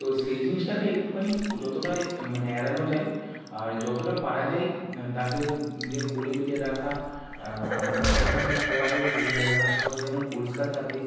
তো সেই জিনিসটাকে একটুখানি যতটা মানে এড়ানো যায় আর যতটা পারা যায় তাকে নিজের কোলে পিঠে রাখা মানে যেখানে শোয়াবে সেই জায়গা আশেপাশটা যেন পরিষ্কার থাকে